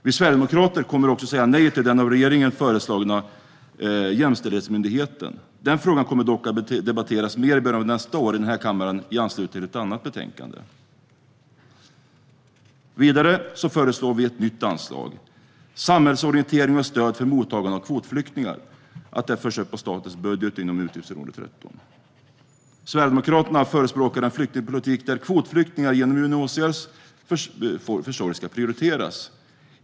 Vi Sverigedemokrater säger också nej till den av regeringen föreslagna jämställdhetsmyndigheten. Den frågan kommer dock att debatteras mer i början av nästa år i den här kammaren i anslutning till ett annat betänkande. Vidare föreslår vi att ett nytt anslag, Samhällsorientering och stöd till mottagande av kvotflyktingar, förs upp på statens budget inom utgiftsområde 13. Sverigedemokraterna förespråkar en flyktingpolitik där kvotflyktingar genom UNHCR:s försorg ska prioriteras.